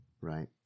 Right